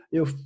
eu